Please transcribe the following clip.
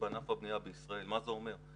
בענף הבנייה בישראל, מה זה אומר.